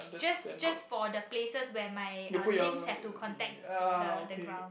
just just for the places where my uh limbs have to contact the the ground